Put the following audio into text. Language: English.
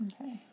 Okay